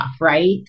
right